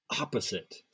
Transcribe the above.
opposite